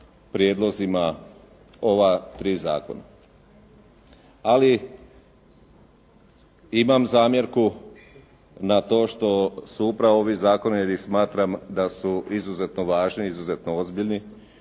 prijedlozima ova tri zakona. Ali imam zamjerku na to što su upravo ovi zakoni, jer ih smatram da su izuzetno važni, izuzetno ozbiljni,